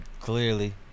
Clearly